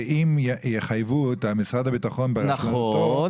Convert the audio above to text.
שאם יחייבו את משרד הביטחון --- נכון,